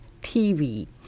TV